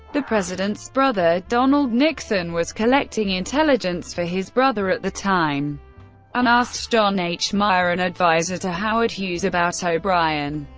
the president's brother, donald nixon, was collecting intelligence for his brother at the time and asked john h. meier, an adviser to howard hughes, about o'brien.